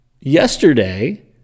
yesterday